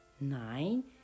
Nine